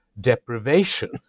deprivation